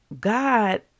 God